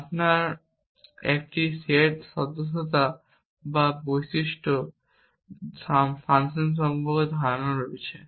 আপনার একটি সেট সদস্যতা বা বৈশিষ্ট্য ফাংশন সম্পর্কে ধারণা রয়েছে